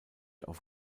auf